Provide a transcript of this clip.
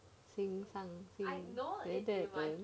心善心善